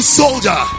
soldier